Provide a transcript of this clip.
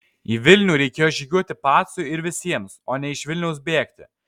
į vilnių reikėjo žygiuoti pacui ir visiems o ne iš vilniaus bėgti